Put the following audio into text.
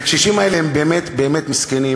והקשישים האלה הם באמת באמת מסכנים,